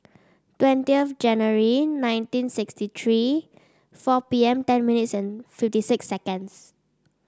twenty January nineteen sixty three four P M ten minutes and fifty six seconds